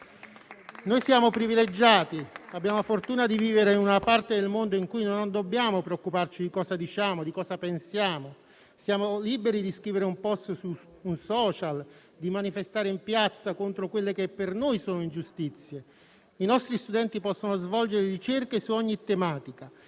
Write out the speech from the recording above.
Siamo privilegiati, abbiamo la fortuna di vivere in una parte del mondo in cui non dobbiamo preoccuparci di cosa diciamo e di cosa pensiamo, siamo liberi di scrivere un *post* su un *social* o di manifestare in piazza contro quelle che per noi sono ingiustizie. I nostri studenti possono svolgere ricerche su ogni tematica,